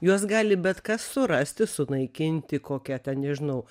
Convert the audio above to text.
juos gali bet kas surasti sunaikinti kokia ten nežinau